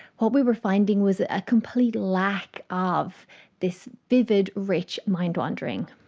what we were finding was a complete lack of this vivid, rich mind wandering.